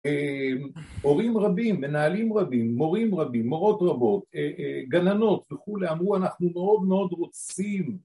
אהמ, הורים רבים, מנהלים רבים, מורים רבים, מורות רבות, גננות וכולי, אמרו אנחנו מאוד מאוד רוצים